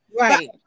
right